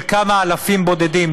של כמה אלפים בודדים,